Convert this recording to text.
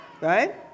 Right